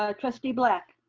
ah trustee black.